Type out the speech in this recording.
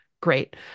Great